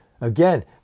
Again